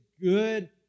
good